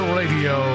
radio